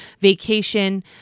vacation